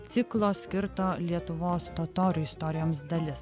ciklo skirto lietuvos totorių istorijoms dalis